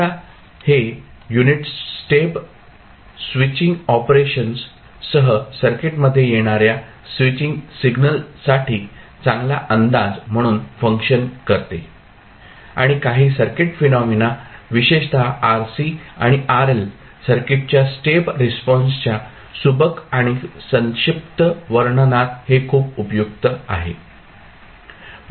आता हे unit step switching operations सह सर्किटमध्ये येणाऱ्या स्विचिंग सिग्नल साठी चांगला अंदाज म्हणून फंक्शन करते आणि काही सर्किट फेनॉमेना विशेषत RC आणि RL सर्किटच्या स्टेप रिस्पॉन्सच्या सुबक आणि संक्षिप्त वर्णनात हे खूप उपयुक्त आहे